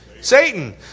Satan